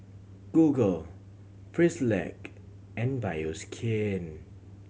Google Frisolac and Bioskin